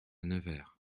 nevers